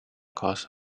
cause